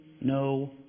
no